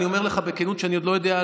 אני אומר לך בכנות שאני עוד לא יודע,